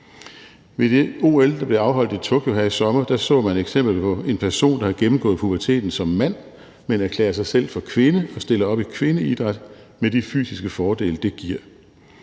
Ved det OL, der blev afholdt i Tokyo her i sommer, så man et eksempel på en person, der havde gennemgået puberteten som mand, men erklærede sig selv for kvinde og stillede op i kvindeidræt med de fysiske fordele, det giver.